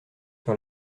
sur